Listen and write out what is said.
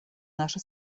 наши